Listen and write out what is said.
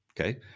Okay